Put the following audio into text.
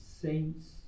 saints